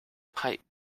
pipe